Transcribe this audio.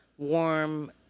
Warm